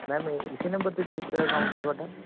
ma'am ਇਹ ਇਸ number 'ਤੇ ਰਜਿਸਟਰ ਅਕਾਊਂਟ ਹੈ ਤੁਹਾਡਾ